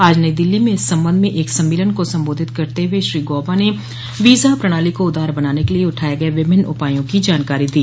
आज नई दिल्ली में इस संबंध में एक सम्मेलन को संबोधित करते हुए श्री गॉबा ने वीजा प्रणाली को उदार बनाने के लिये उठाये गये विभिन्न उपायों की जानकारी दी